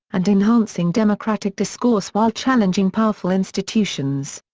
and enhancing democratic discourse while challenging powerful institutions.